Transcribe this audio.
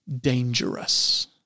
dangerous